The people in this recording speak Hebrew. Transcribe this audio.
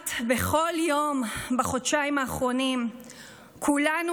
כמעט בכל יום בחודשיים האחרונים כולנו